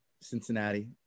Cincinnati